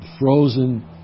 frozen